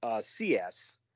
CS